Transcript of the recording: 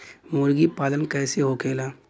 मुर्गी पालन कैसे होखेला?